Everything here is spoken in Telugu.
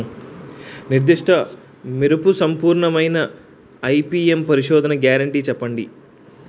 నిర్దిష్ట మెరుపు సంపూర్ణమైన ఐ.పీ.ఎం పరిశోధన గ్యారంటీ చెప్పండి?